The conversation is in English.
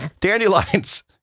Dandelions